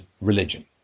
religion